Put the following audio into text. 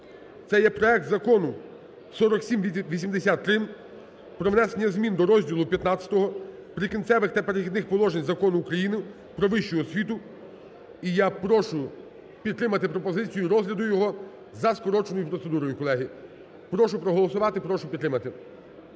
Це є проект Закону 4783, про внесення змін до розділу ХV Прикінцевих та перехідних положень Закону України "Про вищу освіту". І я прошу підтримати пропозицію розгляду його за скороченою процедурою, колеги. Прошу проголосувати, прошу підтримати